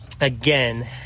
again